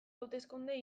hauteskunde